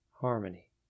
harmony